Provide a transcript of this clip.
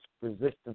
resistance